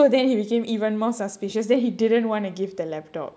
so then he became even more suspicious then he didn't want to give the laptop